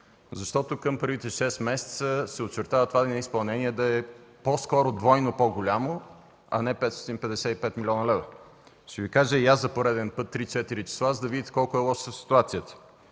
защото към първите шест месеца се очертава това неизпълнение да е по-скоро двойно по-голямо, а не 555 милиона лева. Ще Ви кажа за пореден път три-четири числа, за да видите колко е лоша ситуацията.